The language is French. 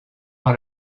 dans